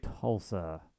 Tulsa